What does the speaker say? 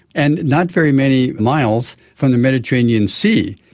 and not very many miles from the mediterranean sea.